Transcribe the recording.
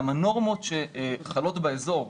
גם הנורמות שחלות באזור,